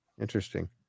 interesting